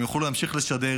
הם יוכלו להמשיך לשדר,